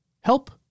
Help